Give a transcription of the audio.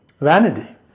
Vanity